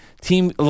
Team